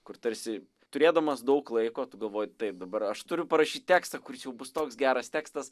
kur tarsi turėdamas daug laiko tu galvoji taip dabar aš turiu parašyt tekstą kuris čia bus toks geras tekstas